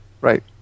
Right